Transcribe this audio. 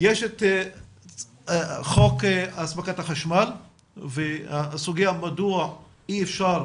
יש את חוק הספקת החשמל והסוגיה, מדוע אי אפשר,